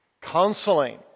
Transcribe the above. counseling